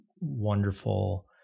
wonderful